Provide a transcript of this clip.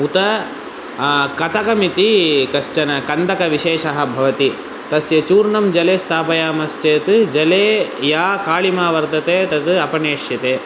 उत कतकम् इति कश्चन कन्दकविशेषः भवति तस्य चूर्णं जले स्थापयामश्चेत् जले या काळिमा वर्तते तद् अपनश्यते